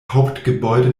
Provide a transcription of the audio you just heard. hauptgebäude